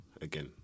again